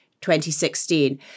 2016